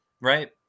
right